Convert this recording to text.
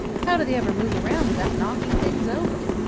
how do they ever move around without knocking things over?